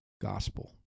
gospel